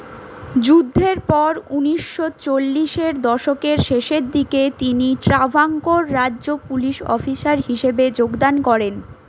যুদ্ধের পর ঊনিশো চল্লিশের দশকের শেষের দিকে তিনি ট্রাভাঙ্কোর রাজ্য পুলিস অফিসার হিসাবে যোগদান করেন